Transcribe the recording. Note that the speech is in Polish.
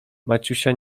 maciusia